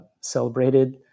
celebrated